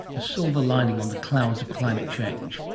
a silver lining on the clouds of climate change.